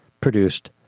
produced